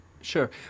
Sure